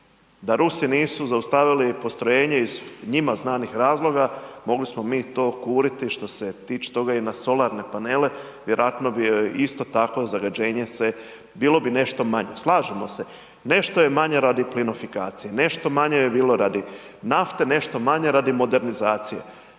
Da Rusi nisu zaustavili postrojenje iz njima znanih razloga, mogli smo mi to kuriti što se tiče toga i na solarne panele, vjerojatno bi joj isto tako zagađenje se, bilo bi nešto manje, slažemo se, nešto je manje radi plinofikacije, nešto manje bi bilo radi nafte, nešto manje radi modernizacije,